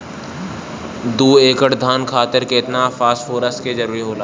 दु एकड़ धान खातिर केतना फास्फोरस के जरूरी होला?